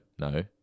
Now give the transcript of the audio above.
No